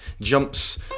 jumps